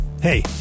Hey